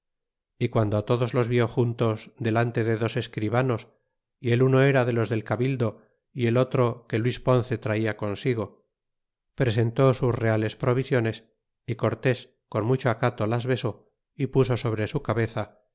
y quando todos los vió juntos delante de dos escribanos y el uno era de los del cabildo y el otro que luis ponce traía consigo presentó sus reales provisiones y cortés con mucho acato las besó y puso sobre su cabeza